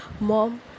Mom